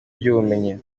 ry’ubumenyi